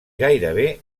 gairebé